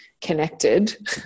connected